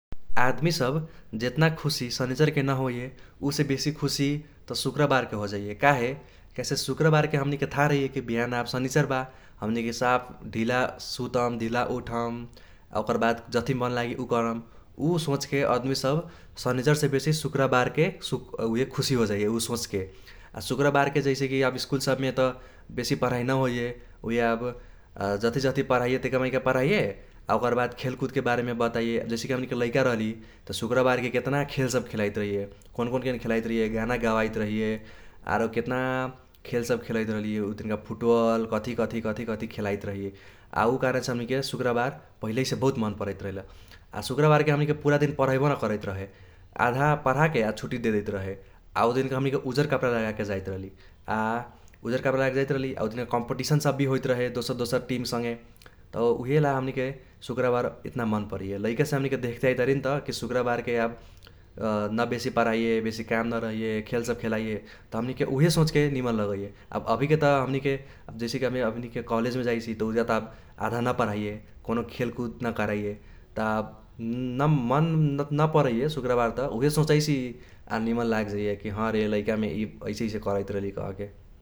आदमी सब जेतना खुसी सनीचरके न होइये उसे बेसी खुसी त सुक्रबारके होजाइये काहे काहेसे सुक्रबारके हमनीके थाह रहैये कि बिहान आब सनीचर बा हमनीके साफ ढीला सुतम ढीला उठम। आ ओकर बाद जथी मन लागि उ करम । उ सोचके अदमी सब सनीचरसे बेसी सुक्रबारके उहे खुसी होजाइये उ सोचके। आ सुक्रबारके जैसे कि आब स्कूल सबमे त बेसी पढाई न होइये उहे आब जथी जथी पढ़ाइये तैका मैका पढाइये। आ ओकर बाद खेलकुदके बारेमे बताइये जैसे कि हमनीके लैका रहली त सुक्रबारके केतना खेल सब खेलाइत रहैये। कौन कौन खेल खेलाइत रहैये गाना गबाइत रहैये आरो केतना खेल सब खेलैत रहली। उ दिनका फूटबल कथी कथी कथी कथी खेलाइत रहैये। आ उ कारणसे हमनीके सुक्रबार पहिलहीसे बहुत मन परैत रह ल । आ सुक्रबारके हमनीके पूरा दिन पाढैबो न करैत रहे आधा पढाके आ छूटी देदेइत रहे। आ उ दिनका हमनीके उजर कप्रा लगाके जाइत रहली। आ उजर कप्रा लगाके जाइत रहली उजना काम्पिटिशन सब भी होइत रहे दोसर दोसर टीम संगे त उहेला हमनीके सुक्रबार एतना मन परैये । लैकेसे हमनीके देख्ते आइतारी नत कि सुक्रबारके आब न बेसी पढाईये बेसी काम न रहैये खेल सब खेलाइये त हमनीके उहे सोचके नीमन लगैये। आब अभीके त हमनीके आब जैसे कि हमे हमनीके कॉलेजमे जाइसि त उजगा त आब आधा पढाईये कौनो खेलकुद न कराइये तब न मन न परैये सुक्रबार त उइहे सोचैसि आ निमन लाग जाइये कि हरे लैकामे इ ऐसे ऐसे करैत रहली कहके ।